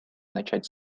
начать